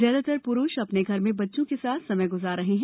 ज्यादतर प्रुष अपने घर में बच्चों के साथ समय ग्जार रहे हैं